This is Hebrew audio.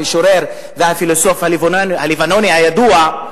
המשורר והפילוסוף הלבנוני הידוע,